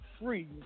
free